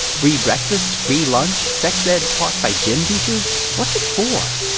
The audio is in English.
free breakfast? free lunch? sex ed taught by gym teachers? what's it for?